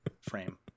frame